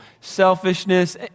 selfishness